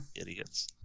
Idiots